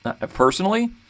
personally